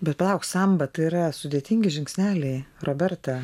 bet palauk samba tai yra sudėtingi žingsneliai roberta